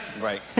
right